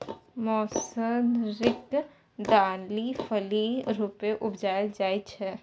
मौसरीक दालि फली रुपेँ उपजाएल जाइ छै